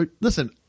listen